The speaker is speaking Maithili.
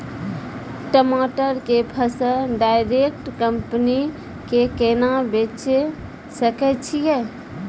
टमाटर के फसल डायरेक्ट कंपनी के केना बेचे सकय छियै?